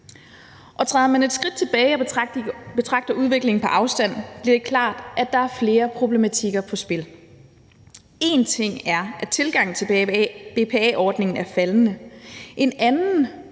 Træder man et skridt tilbage og betragter udviklingen på afstand, bliver det klart, at der er flere problematikker på spil. En ting er, at tilgangen til BPA-ordningen er faldende; en anden